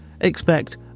Expect